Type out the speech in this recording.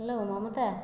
hello Mamata